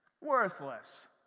Worthless